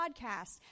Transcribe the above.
podcast